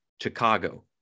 Chicago